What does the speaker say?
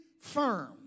firm